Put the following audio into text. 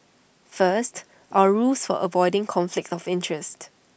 first our rules for avoiding conflict of interest